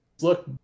look